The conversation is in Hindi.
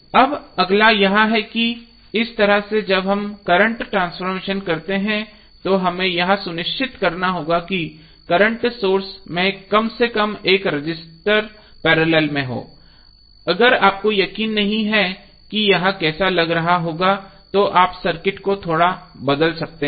अब अगला यह है कि इसी तरह से जब हम करंट ट्रांसफॉर्मेशन करते हैं तो हमें हमेशा यह सुनिश्चित करना होता है कि करंट सोर्स में कम से कम एक रजिस्टर पैरेलल में हो अगर आपको यकीन नहीं है कि यह कैसा लग रहा होगा तो आप सर्किट को थोड़ा बदल सकते हैं